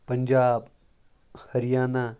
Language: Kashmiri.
پنجاب ہریانہ